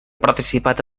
participat